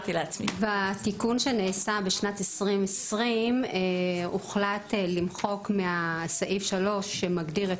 בתיקון שנעשה בשנת 2020 הוחלט הרשות למחוק את סעיף 3 שמגדיר את